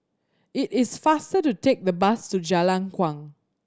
it is faster to take the bus to Jalan Kuang